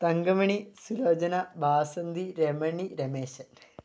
Thankamani Sulochana Vasanthi Ramani Rameshan